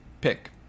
pick